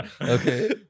okay